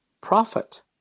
prophet